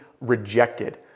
rejected